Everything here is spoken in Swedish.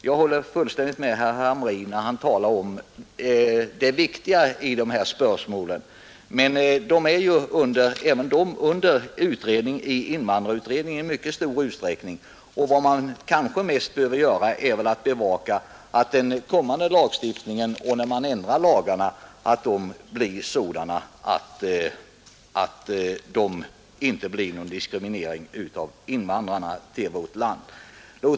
Jag håller fullständigt med herr Hamrin när han talar om det viktiga i de här spörsmålen, men även de behandlas i mycket stor utsträckning av invandrarutredningen. Vad man mest behöver göra är kanske därför att bevaka att kommande lagstiftning och lagändring inte medför någon diskriminering av invandrare till vårt land.